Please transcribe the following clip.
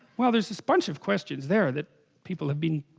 well there's a sponge of questions there that people have been?